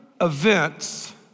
events